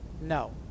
No